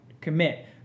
commit